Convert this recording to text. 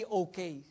okay